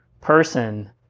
person